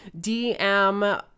DM